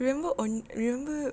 remember on remember